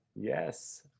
yes